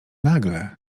nagle